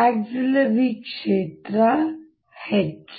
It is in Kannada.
ಆಕ್ಸಿಲರಿ ಕ್ಷೇತ್ರ H